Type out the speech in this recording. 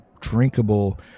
drinkable